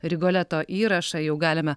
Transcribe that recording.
rigoleto įrašą jau galime